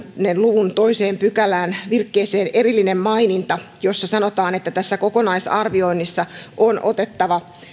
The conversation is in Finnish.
luvun toisen pykälän toiseen virkkeeseen erillinen maininta jossa sanotaan että tässä kokonaisarvioinnissa on otettava